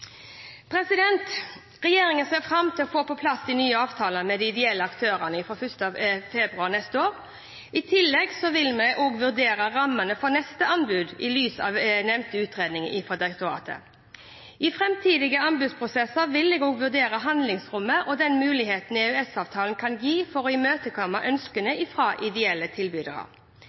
Regjeringen ser fram til å få på plass de nye avtalene med de ideelle aktørene fra 1. februar neste år. I tillegg vil vi vurdere rammene for neste anbud i lys av nevnte utredning fra direktoratet. I framtidige anbudsprosesser vil jeg også vurdere handlingsrommet og den muligheten EØS-avtalen kan gi for å imøtekomme ønskene fra ideelle tilbydere.